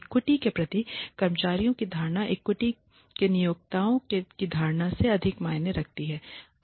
equity के प्रति कर्मचारियों की धारणा इक्विटी के नियोक्ताओं की धारणा से अधिक मायने रखती है